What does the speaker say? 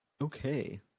Okay